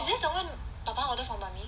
is this the one papa order for mummy